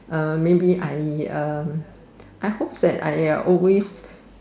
uh maybe I um I hope that I uh always